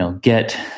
get